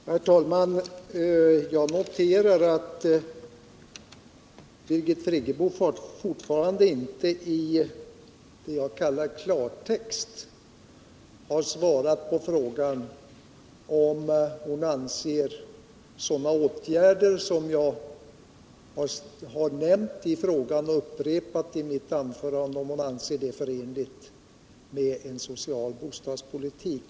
Herr talman! Jag noterar aut Birgit Friggebo fortfarande inte i vad jag kallar klartext har svarat på frågan om hon anser sådana åtgärder som jag nämnt i min fråga och som jag upprepade i mi anförande förenliga med en social bostadspolitik.